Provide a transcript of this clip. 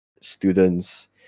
students